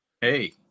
Hey